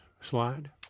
slide